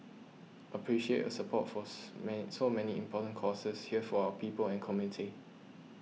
appreciate your support for so many important causes here for our people and community